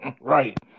Right